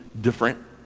different